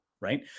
right